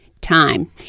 Time